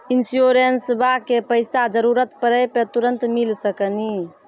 इंश्योरेंसबा के पैसा जरूरत पड़े पे तुरंत मिल सकनी?